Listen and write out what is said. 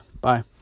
bye